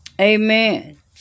Amen